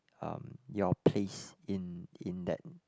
um your place in in that